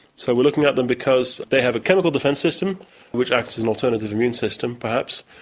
so we're looking at them because they have a chemical defence system which acts as an alternative immune system perhaps,